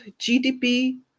GDP